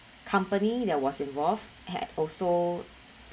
company that was involved had also